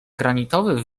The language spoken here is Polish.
granitowy